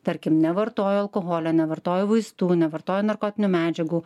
tarkim nevartojo alkoholio nevartoja vaistų nevartojo narkotinių medžiagų